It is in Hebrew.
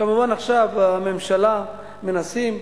כמובן, עכשיו בממשלה מנסים,